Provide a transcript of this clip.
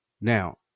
now